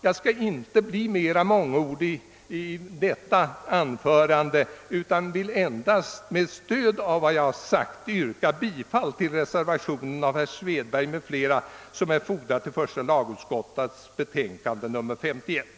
Jag skall inte bli mer mångordig i detta anförande utan vill med stöd av vad jag sagt yrka bifall till reservationen 1 av herr Svedberg m.fl.